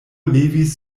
levis